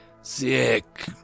Sick